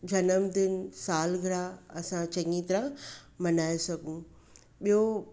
जनमदिन सालगिरह असां चङी तरह मनाइ सघूं ॿियो